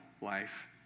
life